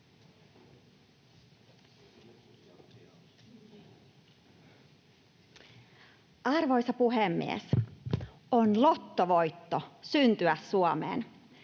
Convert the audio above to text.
Arvoisa puhemies! On lottovoitto syntyä Suomeen.